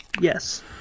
Yes